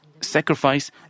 sacrifice